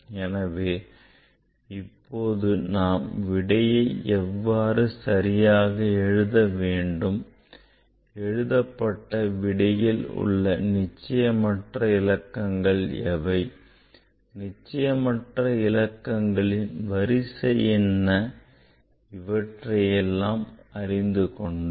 எனவே இப்போது நாம் விடையை எவ்வாறு எழுத வேண்டும் எழுதப்பட்ட விடையில் உள்ள நிச்சயமற்ற இலக்கங்கள் எவை நிச்சயமற்ற இலக்கங்களின் வரிசை என்ன இவற்றையெல்லாம் நாம் அறிந்து கொண்டோம்